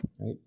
right